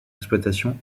exploitation